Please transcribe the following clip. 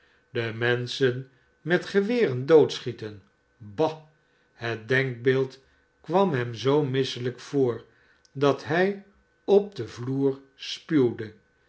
de menchen met geweren doodschieten ba het denkbeeld kwam hem zoo misselijk voor dat hij op den vloer spuwde